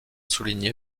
souligné